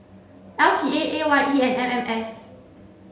L T A A Y E and M M S